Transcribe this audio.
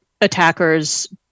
attackers